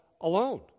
alone